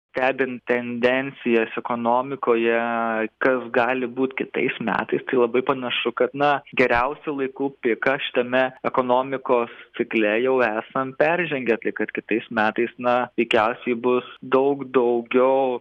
stebint tendencijas ekonomikoje kas gali būt kitais metais tai labai panašu kad na geriausiu laiku piką šitame ekonomikos cikle jau esam peržengę tai kad kitais metais na veikiausiai bus daug daugiau